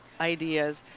ideas